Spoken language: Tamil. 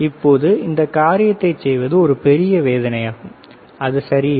இப்போது இந்த காரியத்தைச் செய்வது ஒரு பெரிய வேதனையாகும் அது சரியில்லை